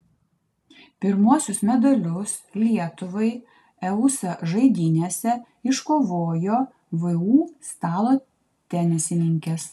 pirmuosius medalius lietuvai eusa žaidynėse iškovojo vu stalo tenisininkės